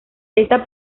esta